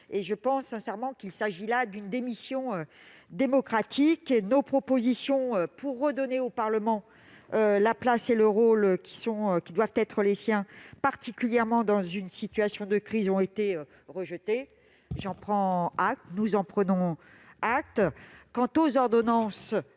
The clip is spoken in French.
Je pense sincèrement qu'il s'agit d'une démission démocratique. Or nos propositions pour redonner au Parlement la place et le rôle qui doivent être les siens, particulièrement dans une situation de crise, ont été rejetées. Nous en prenons acte.